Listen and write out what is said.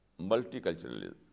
multiculturalism